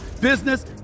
business